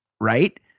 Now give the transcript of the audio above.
right